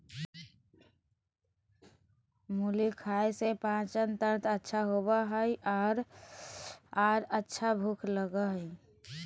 मुली खाय से पाचनतंत्र अच्छा होबय हइ आर अच्छा भूख लगय हइ